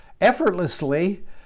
effortlessly